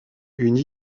une